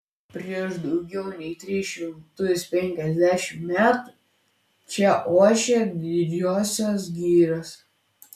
prieš daugiau nei tris šimtus penkiasdešimt metų čia ošė didžiosios girios